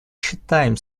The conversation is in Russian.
считаем